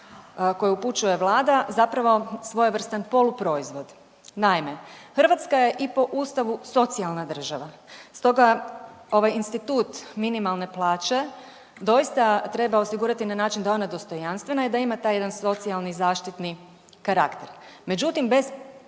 koje uopućuje Vlada zapravo svojevrstan poluproizvod. Naime, Hrvatska je i po Ustavu socijalna država, stoga ovaj institut minimalne plaće doista treba osigurati na način da je ona dostojanstvena i da ima taj jedan socijalni zaštitni karakter. Međutim, bez